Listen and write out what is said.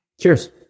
Cheers